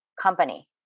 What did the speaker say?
company